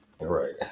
right